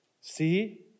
See